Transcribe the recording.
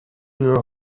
you